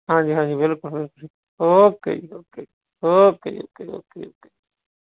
ਹਾਂਜੀ ਹਾਂਜੀ ਬਿਲਕੁਲ ਬਿਲਕੁਲ ਜੀ ਓਕੇ ਜੀ ਓਕੇ ਓਕੇ ਜੀ ਓਕੇ ਓਕੇ ਓਕੇ